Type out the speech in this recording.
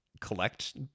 collect